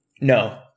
No